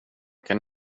kan